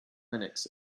linux